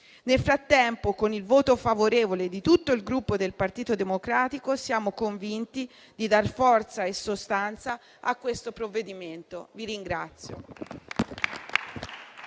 Nel frattempo, con il voto favorevole di tutto il Gruppo Partito Democratico siamo convinti di dar forza e sostanza a questo provvedimento.